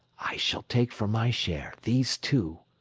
i shall take for my share these two,